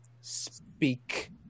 Speak